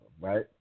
Right